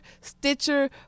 Stitcher